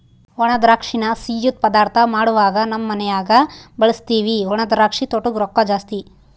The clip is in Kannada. ಒಣದ್ರಾಕ್ಷಿನ ಸಿಯ್ಯುದ್ ಪದಾರ್ಥ ಮಾಡ್ವಾಗ ನಮ್ ಮನ್ಯಗ ಬಳುಸ್ತೀವಿ ಒಣದ್ರಾಕ್ಷಿ ತೊಟೂಗ್ ರೊಕ್ಕ ಜಾಸ್ತಿ